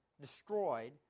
destroyed